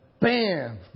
Bam